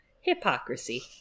Hypocrisy